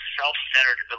self-centered